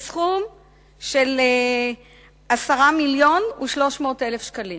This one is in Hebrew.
בסכום של 10.3 מיליון שקלים.